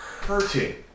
hurting